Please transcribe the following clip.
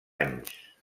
anys